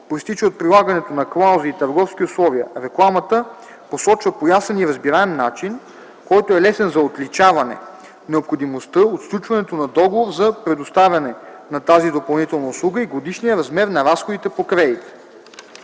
произтича от прилагането на клаузи и търговски условия, рекламата посочва по ясен и разбираем начин, който е лесен за отличаване, необходимостта от сключването на договор за предоставяне на тази допълнителна услуга и годишния размер на разходите по кредита.